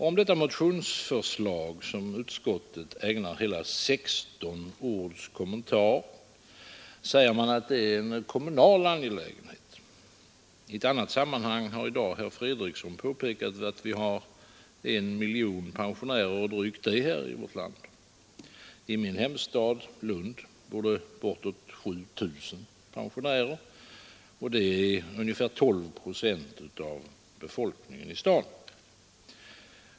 Om motionsförslaget, som utskottet ägnar hela 16 ords kommentar, säger man att detta är en kommunal angelägenhet. I ett annat sammanhang i dag har herr Fredriksson påpekat att vi har en miljon pensionärer och drygt det i vårt land. I min hemstad Lund bor bortåt 7 000 pensionärer — dvs. 12 procent av befolkningen i staden.